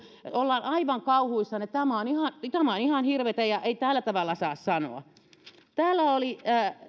ollaan aivan kauhuissaan ja tämä on ihan hirveätä ja ei tällä tavalla saa sanoa täällä oli